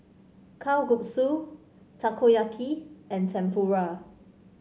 Kalguksu Takoyaki and Tempura